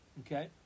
Okay